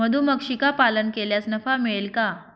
मधुमक्षिका पालन केल्यास नफा मिळेल का?